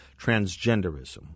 transgenderism